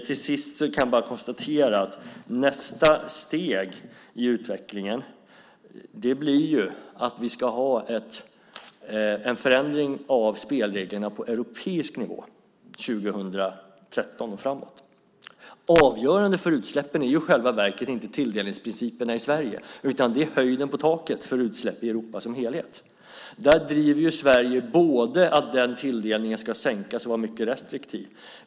Till sist kan jag bara konstatera att nästa steg i utvecklingen blir att vi ska ha en förändring av spelreglerna på europeisk nivå 2013 och framåt. Avgörande för utsläppen är i själva verket inte tilldelningsprinciperna i Sverige, utan det är höjden på taket för utsläpp i Europa som helhet. Där driver Sverige både att den tilldelningen ska sänkas och att den ska vara mycket restriktiv.